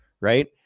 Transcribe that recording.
right